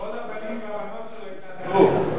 וכל הבנים והבנות שלו התנצרו.